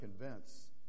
convince